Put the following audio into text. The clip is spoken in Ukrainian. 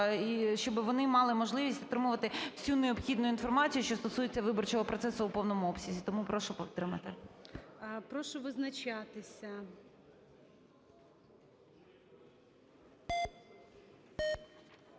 щоб вони мали можливість отримувати всю необхідну інформацію, що стосується виборчого процесу, у повному обсязі. Тому прошу підтримати. ГОЛОВУЮЧИЙ. Прошу визначатися.